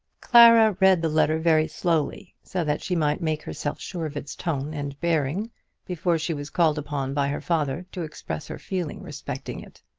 clara read the letter very slowly, so that she might make herself sure of its tone and bearing before she was called upon by her father to express her feeling respecting it.